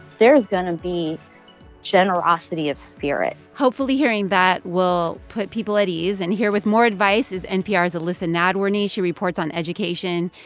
there is going to be generosity of spirit hopefully, hearing that will put people at ease. and here with more advice is npr's elissa nadworny. she reports on education.